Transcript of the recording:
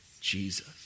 Jesus